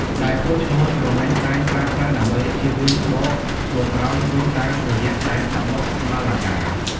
ដែលពួកឈ្មួញរមែងតែប្រើប្រាស់ ដើម្បីចៀសវាងបកមកក្រោយវិញតាមរយៈ ដៃសមុទ្រ ម៉ាឡាកា។